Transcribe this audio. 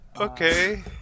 Okay